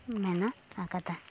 ᱢᱮᱱᱟᱜ ᱟᱠᱟᱫᱟ